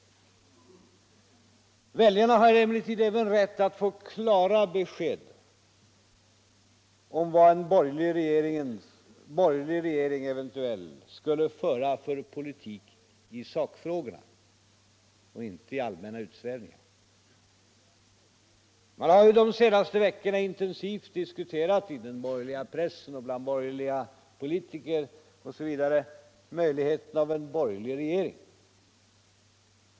Väljarna har emellertid även rätt att få klara besked om vad en eventuell borgerlig regering skulle föra för politik i sakfrågorna och inte bara få höra allmänna utsvävningar. Man har de senaste veckorna inom den borgerliga pressen, bland borgerliga politiker osv. intensivt diskuterat möjligheten av en borgerlig regering.